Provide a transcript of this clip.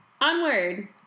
Onward